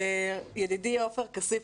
ידידי עופר כסיף,